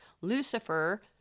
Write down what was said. Lucifer